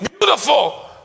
beautiful